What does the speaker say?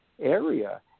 area